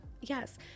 Yes